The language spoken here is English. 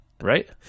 Right